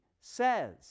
says